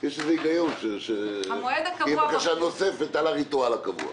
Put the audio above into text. יש היגיון בזה שתהיה בקשה נוספת על הריטואל הקבוע.